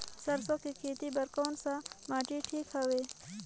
सरसो के खेती बार कोन सा माटी ठीक हवे?